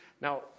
now